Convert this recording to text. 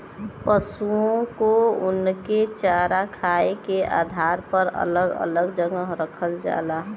पसुओ को उनके चारा खाए के आधार पर अलग अलग जगह रखल जाला